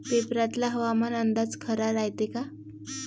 पेपरातला हवामान अंदाज खरा रायते का?